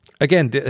Again